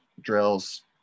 drills